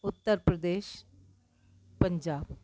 Uttar Pradesh Punjab